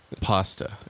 Pasta